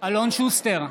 אלון שוסטר,